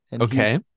Okay